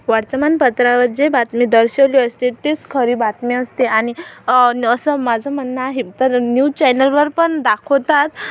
वर्तमानपत्रावर जे बातमी दर्शवली असते तेच खरी बातमी असते आणि न असं माझं म्हणणं आहे तर न्युजचॅनलवर पण दाखवतात